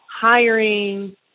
hiring